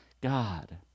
God